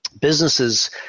businesses